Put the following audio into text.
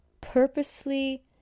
purposely